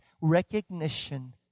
recognition